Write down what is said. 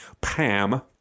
Pam